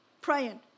praying